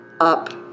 up